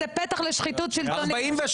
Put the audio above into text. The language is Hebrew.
אם החוק הזה יעבור ככתבו וכלשונו,